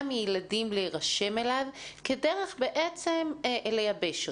מילדים להירשם אליו כדרך בעצם לייבש אותו.